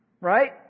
Right